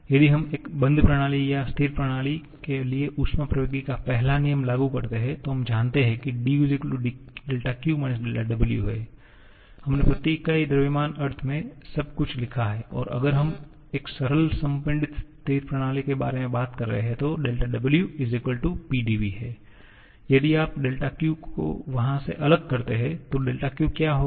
यदि हम एक बंद प्रणाली या बंद स्थिर प्रणाली के लिए ऊष्मप्रवैगिकी का पहला नियम लागू करते हैं तो हम जानते हैं कि du δq - δw हमने प्रति इकाई द्रव्यमान अर्थ में सब कुछ लिखा है और अगर हम एक सरल संपीड़ित स्थिर प्रणाली के बारे में बात कर रहे हैं तो δw Pdv यदि आप δqको वहां से अलग करते हैं तो δq क्या होगा